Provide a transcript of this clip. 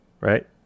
right